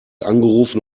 angerufen